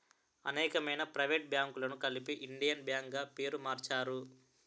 అనేకమైన ప్రైవేట్ బ్యాంకులను కలిపి ఇండియన్ బ్యాంక్ గా పేరు మార్చారు